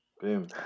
Boom